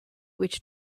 which